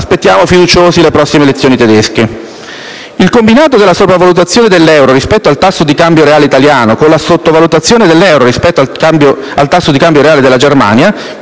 (aspettiamo fiduciosi le prossime elezioni tedesche). Il combinato della sopravvalutazione dell'euro rispetto al tasso di cambio reale italiano con la sottovalutazione dell'euro rispetto al tasso di cambio reale della Germania